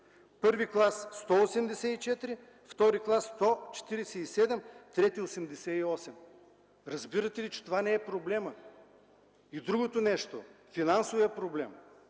първи клас – 184; втори клас – 147; трети – 88. Разбирате ли, че това не е проблемът?! Другото нещо – финансовият проблем.